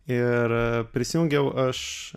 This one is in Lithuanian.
ir prisijungiau aš